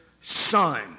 son